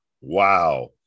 wow